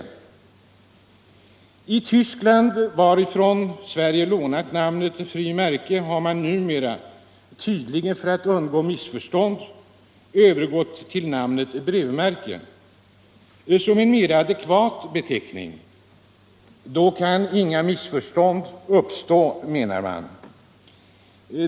I Tyskland, varifrån Sverige lånat namnet frimärke, har man numera — tydligen för att undvika missförstånd — övergått till namnet brevmärke såsom en mera adekvat beteckning. Då kan inga missförstånd uppstå, menar man.